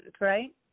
right